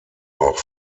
auch